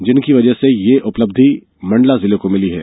जिनकी वजह से ये उपलब्धि मंडला जिले को मिली है